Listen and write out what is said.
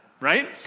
right